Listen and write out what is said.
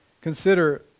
Consider